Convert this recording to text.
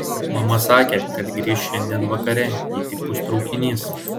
juk mama sakė kad grįš šiandien vakare jei tik bus traukinys